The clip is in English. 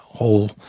whole